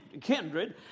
kindred